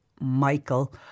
Michael